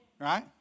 right